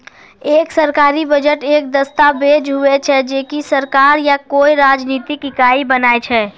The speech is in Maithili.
एक सरकारी बजट एक दस्ताबेज हुवै छै जे की सरकार या कोय राजनितिक इकाई बनाय छै